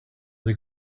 they